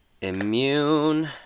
Immune